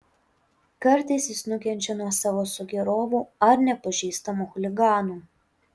kartais jis nukenčia nuo savo sugėrovų ar nepažįstamų chuliganų